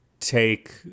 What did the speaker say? take